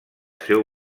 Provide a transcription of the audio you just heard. seu